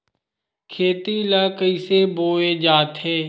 खेती ला कइसे बोय जाथे?